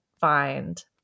find